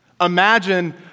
Imagine